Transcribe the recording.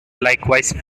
likewise